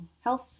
health